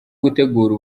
gutegura